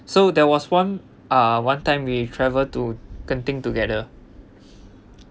so there was one ah one time we travel to genting together